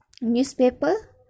newspaper